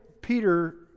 Peter